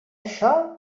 això